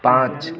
पाँच